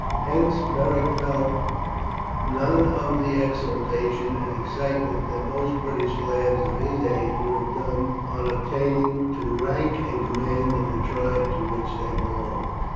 hence beric felt none of the exultation and excitement that most british lads of his age would have done on attaining to rank and command in the tribe to which they belonged.